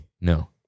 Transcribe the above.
No